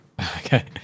Okay